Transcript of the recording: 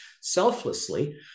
selflessly